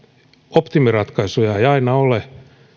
optimiratkaisuja ei aina ole